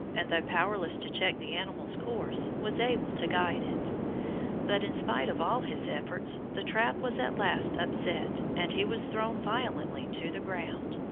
and though powerless to check the animal's course was able to guide it but in spite of all his efforts the trap was at last upset, and he was thrown violently to the ground.